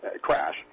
crash